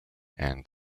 and